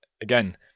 again